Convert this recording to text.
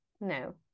No